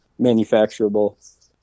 manufacturable